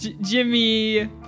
Jimmy